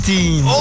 Team